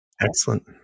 Excellent